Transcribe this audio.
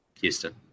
Houston